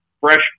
fresh